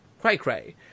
cray-cray